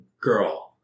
girl